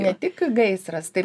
ne tik gaisras tai